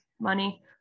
money